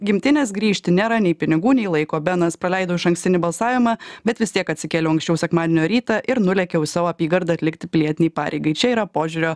gimtinės grįžti nėra nei pinigų nei laiko benas paleidau išankstinį balsavimą bet vis tiek atsikėliau anksčiau sekmadienio rytą ir nulėkiau į savo apygardą atlikti pilietinei pareigai čia yra požiūrio